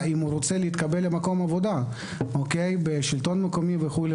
אם הוא רוצה להתקבל למקום עבודה בשלטון המקומי וכו'